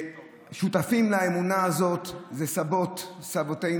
שותפים לאמונה הזאת גם סבות-סבותינו,